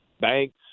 Banks